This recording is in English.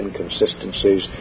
inconsistencies